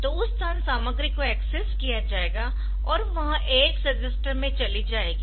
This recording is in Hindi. तो उस स्थान सामग्री को एक्सेस किया जाएगा और वह AX रजिस्टर में चली जाएगी